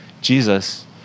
Jesus